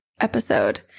episode